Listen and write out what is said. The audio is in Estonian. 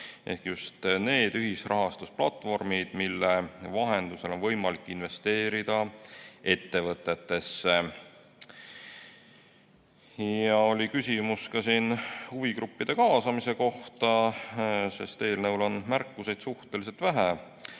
on just need ühisrahastusplatvormid, mille vahendusel on võimalik investeerida ettevõtetesse. Oli ka küsimus huvigruppide kaasamise kohta, sest eelnõul on märkuseid suhteliselt vähe.